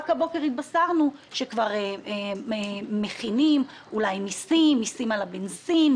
רק הבוקר התבשרנו שאולי כבר מכינים מסים על הבנזין.